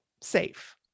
safe